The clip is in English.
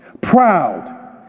Proud